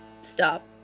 stop